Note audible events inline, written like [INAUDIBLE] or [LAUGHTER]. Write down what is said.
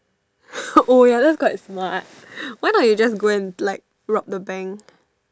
[BREATH] oh ya that is quite smart why don't you just go and like rob the bank